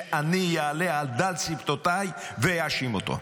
שאני אעלה על דל שפתותיי ואאשים אותו.